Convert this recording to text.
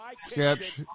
Sketch